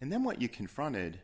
and then what you confronted